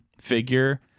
figure